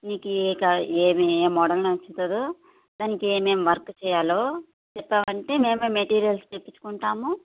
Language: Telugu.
నీకు ఏమి ఏ మోడల్ నచ్చుతుందో దానికి ఏమేం వర్క్ చేయాలో చెప్పామంటే మేమే మెటీరియల్స్ తెప్పించుకుంటాము